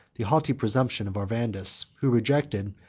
the haughty presumption of arvandus, who rejected,